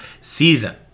season